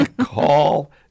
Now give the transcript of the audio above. Call